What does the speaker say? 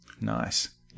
Nice